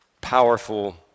powerful